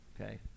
Okay